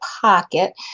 pocket